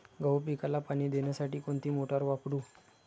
गहू पिकाला पाणी देण्यासाठी कोणती मोटार वापरू?